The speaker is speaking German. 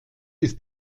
ist